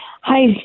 Hi